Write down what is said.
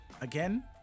Again